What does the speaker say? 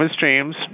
James